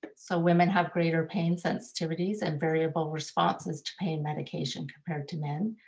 so women have greater pain, sensitivities and variable responses to pain medication compared to men.